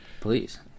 Please